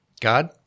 God